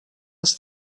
els